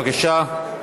בבקשה.